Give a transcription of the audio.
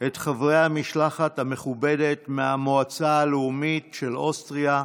את חברי המשלחת המכובדת מהמועצה הלאומית של אוסטריה,